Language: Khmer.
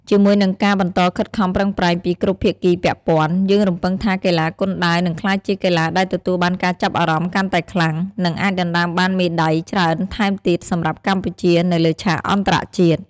ជាមួយនឹងការបន្តខិតខំប្រឹងប្រែងពីគ្រប់ភាគីពាក់ព័ន្ធ យើងរំពឹងថាកីឡាគុនដាវនឹងក្លាយជាកីឡាដែលទទួលបានការចាប់អារម្មណ៍កាន់តែខ្លាំង និងអាចដណ្តើមបានមេដាយច្រើនថែមទៀតសម្រាប់កម្ពុជានៅលើឆាកអន្តរជាតិ។